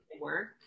work